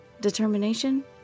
Determination